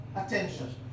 attention